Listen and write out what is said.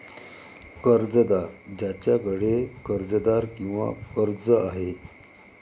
कर्जदार ज्याच्याकडे कर्जदार किंवा कर्ज आहे